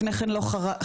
לפני כן לא חגרנו,